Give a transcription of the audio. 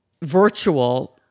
virtual